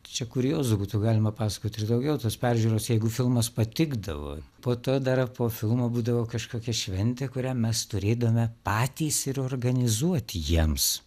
čia kuriozų būtų galima pasakot ir daugiau tos peržiūros jeigu filmas patikdavo po to dar po filmo būdavo kažkokia šventė kurią mes turėdavome patys ir organizuoti jiems